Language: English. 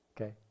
Okay